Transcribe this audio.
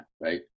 right